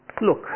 look